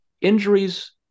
injuries